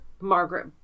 Margaret